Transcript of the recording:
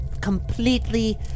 completely